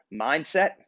Mindset